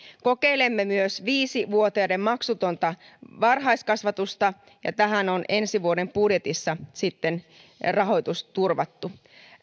kokeilemme myös viisivuotiaiden maksutonta varhaiskasvatusta ja tähän on ensi vuoden budjetissa rahoitus turvattu